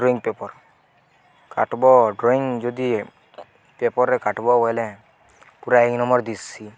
drawing paper କାଟ୍ବ drawing ଯଦି ପେପର୍ରେ କାଟ୍ବ ବୋଇଲେ ପୁରା ଏକ ନମ୍ବର୍ ଦିସି